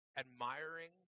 admiring